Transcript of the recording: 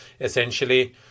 essentially